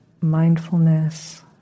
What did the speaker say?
mindfulness